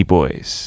Boys